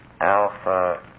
Alpha